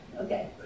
okay